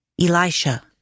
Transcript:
Elisha